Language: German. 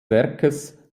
werkes